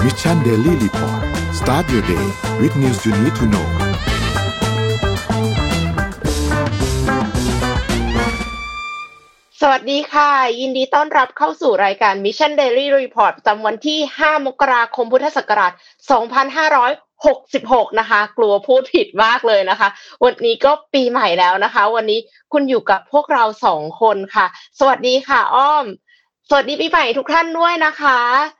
Mission Daily Report Start your day with news you need to knowสวัสดีค่ะ ยินดีต้อนรับเข้าสู่รายการ Mission Daily Report ประจำวันที่ 5 มกราคมพุทธศักราช 2566 นะคะ กลัวพูดผิดมากเลยนะคะ วันนี้ก็ปีใหม่แล้วนะคะ วันนี้คุณอยู่กับพวกเราสองคนค่ะ สวัสดีค่ะอ้อม สวัสดีปีใหม่ทุกท่านด้วยนะคะ